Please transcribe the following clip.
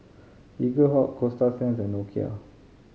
Eaglehawk Coasta Sands and Nokia